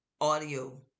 audio